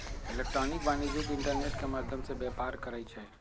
electronic वाणिज्य internet के माध्यम से व्यापार करइ छै